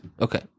Okay